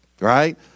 Right